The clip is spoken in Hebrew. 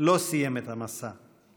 לא סיים את המסע.